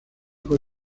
fue